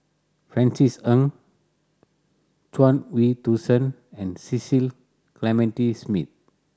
Francis Ng Chuang Hui Tsuan and Cecil Clementi Smith